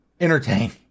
entertain